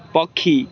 ପକ୍ଷୀ